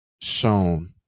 shown